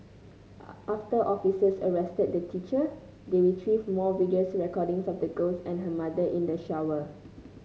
after officers arrested the teacher they retrieved more video recordings of the girls and her mother in the shower